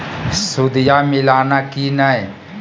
सुदिया मिलाना की नय?